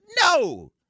no